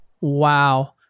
Wow